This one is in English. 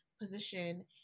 position